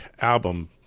album